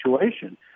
situation